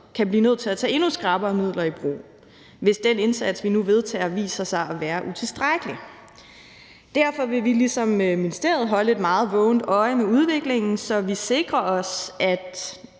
kan blive nødt til at tage endnu skrappere midler i brug, hvis den indsats, vi nu vedtager, viser sig at være utilstrækkelig. Derfor vil vi ligesom ministeriet holde et meget vågent øje med udviklingen, så vi sikrer os, at